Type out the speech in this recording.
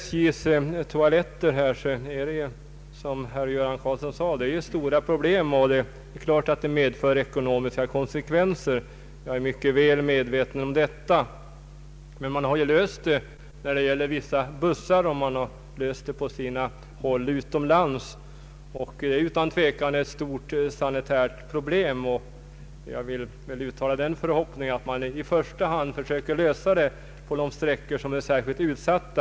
Karlsson sade, ett stort problem, och det är klart att dess lösning får ekonomiska konsekvenser. Jag är mycket väl medveten om detta. Emellertid har man löst problemet när det gäller vissa bussar, och konstruktioner har gjorts på sina håll utomlands. Här är det fråga om en stor sanitär olägenhet, och jag vill uttala förhoppningen att man i första hand försöker avhjälpa bekymren på de sträckor som är särskilt utsatta.